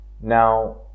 Now